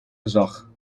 gezag